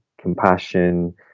compassion